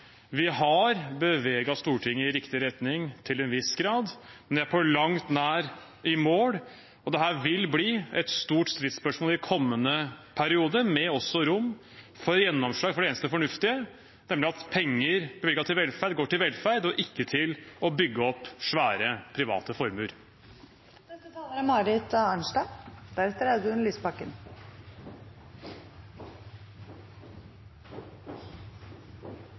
Vi har beveget Stortinget i riktig retning, til en viss grad, men er på langt nær i mål. Dette vil bli et stort stridsspørsmål i kommende periode, også med rom for gjennomslag for det eneste fornuftige, nemlig at penger bevilget til velferd går til velferd, og ikke til å bygge opp svære, private